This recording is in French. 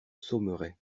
saumeray